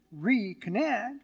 reconnect